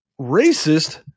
racist